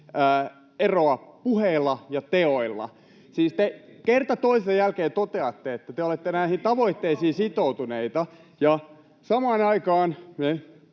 eroa puheilla ja teoilla. Siis te kerta toisensa jälkeen toteatte, että te olette näihin tavoitteisiin sitoutuneita, ja samaan aikaan me